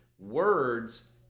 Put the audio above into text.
Words